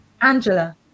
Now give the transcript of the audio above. Angela